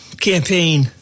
campaign